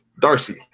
Darcy